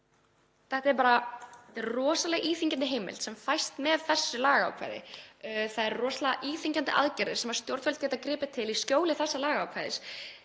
Þetta er rosalega íþyngjandi heimild sem fæst með þessu lagaákvæði. Það eru rosalega íþyngjandi aðgerðir sem stjórnvöld geta gripið til í skjóli þessa lagaákvæðis